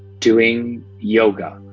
doing yoga,